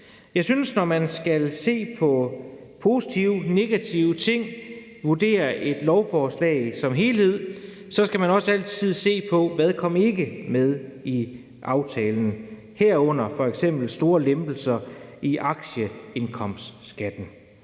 Jeg synes, at når man skal se på positive og negative ting og vurdere et lovforslag som helhed, skal man også altid se på, hvad der ikke kom med i aftalen, herunder f.eks. store lempelser i aktieindkomstskatten.